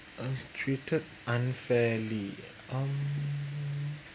uh treated unfairly um